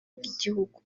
bw’igihugu